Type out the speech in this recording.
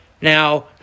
Now